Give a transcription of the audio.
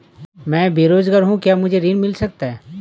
मैं बेरोजगार हूँ क्या मुझे ऋण मिल सकता है?